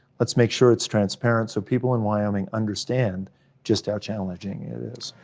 let's make sure it's transparent, so people in wyoming understand just how challenging it is.